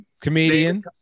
Comedian